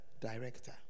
director